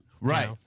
right